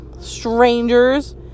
Strangers